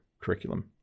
curriculum